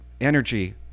energy